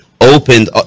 opened